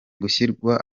gushyirwa